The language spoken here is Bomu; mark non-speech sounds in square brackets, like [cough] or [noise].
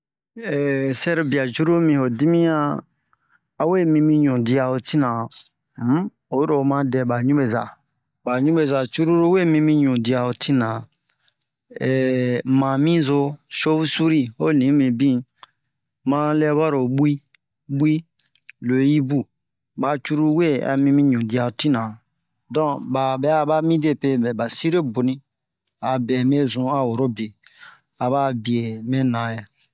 [hesitation] sɛrobia cruru mi ho dimiyan a we mimi ɲudia ho tina um oyi ro oma dɛ ba ɲubeza ba ɲubeza cruru we mimi ɲudia ho tina [hesitation] mamizo shov-suri ho nimi din ma lɛ baro bu'i le hibu ba cruru we a mimi ɲudia ho tina don babɛ'a ba mi depe mɛ ba sire boni a bɛ mɛn zun a woro be a ba'a biɛ mɛ na yɛ